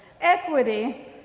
equity